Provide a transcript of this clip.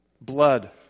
Blood